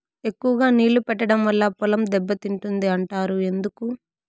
ఎక్కువగా నీళ్లు పెట్టడం వల్ల పొలం దెబ్బతింటుంది అంటారు ఎందుకు?